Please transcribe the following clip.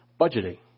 Budgeting